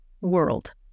world